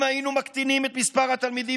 אם היינו מקטינים את מספר התלמידים